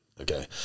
okay